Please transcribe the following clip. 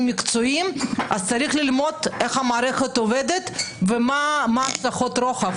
מקצועיות ולכן צריך ללמוד איך המערכת ומה השלכות הרוחב.